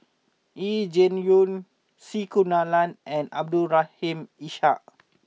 Yee Jenn Jong C Kunalan and Abdul Rahim Ishak